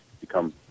become